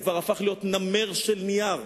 זה כבר הפך להיות נמר של נייר,